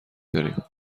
داریم